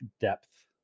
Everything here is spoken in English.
depth